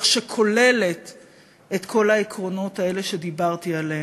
שכוללת את כל העקרונות האלה שדיברתי עליהם,